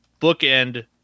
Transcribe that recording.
bookend